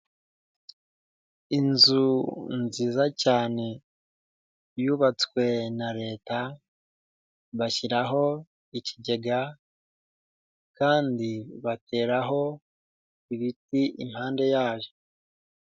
Inzu nziza cyane, yubatswe na leta, bashyiraho ikigega, kandi bateraho, ibiti impande yayo.